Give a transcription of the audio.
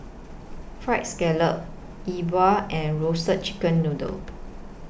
Fried Scallop Yi Bua and Roasted Chicken Noodle